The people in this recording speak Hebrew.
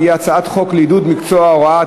שהיא הצעת חוק לעידוד מקצוע ההוראה,